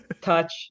Touch